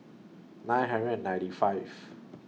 nine hundred and ninety five